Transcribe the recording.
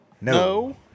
No